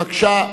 בבקשה.